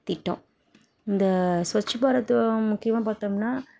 திட்டம் இந்த ஸ்வச் பாரத் முக்கியமாக பாத்தோம்ன்னா